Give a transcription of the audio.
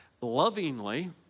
lovingly